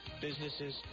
businesses